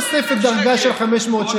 זה לא תוספת דרגה של 500 שקל.